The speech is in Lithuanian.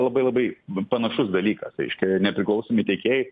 labai labai panašus dalykas reiškia nepriklausomi tiekėjai